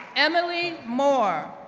emily moore,